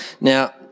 Now